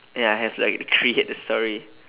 ya I have to like create the story